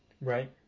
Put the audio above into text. Right